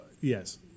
Yes